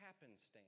happenstance